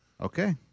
Okay